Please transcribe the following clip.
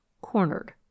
Cornered